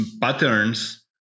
patterns